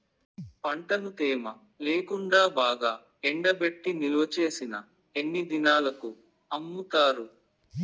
పంటను తేమ లేకుండా బాగా ఎండబెట్టి నిల్వచేసిన ఎన్ని దినాలకు అమ్ముతారు?